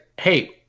hey